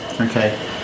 Okay